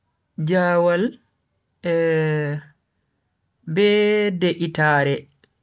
Jawal be de'itaare.